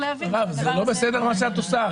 מרב, זה לא בסדר מה שאת עושה.